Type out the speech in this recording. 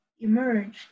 emerged